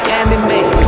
anime